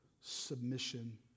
submission